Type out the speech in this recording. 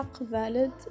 valid